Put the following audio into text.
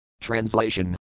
Translation